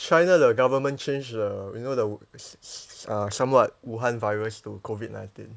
china the government change the you know the uh somewhat wuhan virus to COVID nineteen